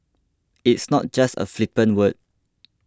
it's not just a flippant word